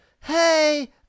Hey